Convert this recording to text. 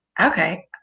Okay